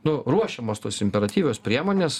nu ruošiamos tos imperatyvios priemonės